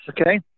Okay